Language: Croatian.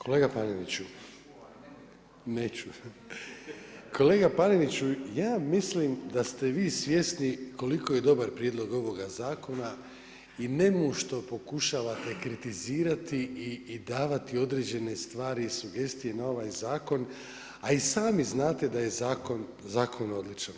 Kolega Paneniću … [[Upadica se ne čuje.]] Neću, kolega Paneniću, ja mislim, da ste vi svjesni koliko je dobar prijedlog ovoga zakona i … što pokušavati kritizirati i davati određene stvari i sugestije na ovaj zakon, a i sami znate da je zakon odličan.